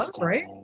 right